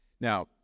Now